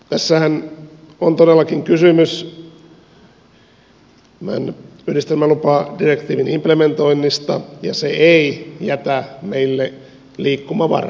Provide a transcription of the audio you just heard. tässähän on todellakin kysymys yhdistelmälupadirektiivin implementoinnista ja se ei jätä meille liikkumavaraa